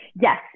yes